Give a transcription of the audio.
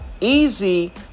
easy